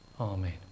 Amen